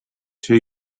two